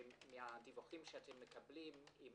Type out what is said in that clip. שמהדיווחים שאתם מקבלים יש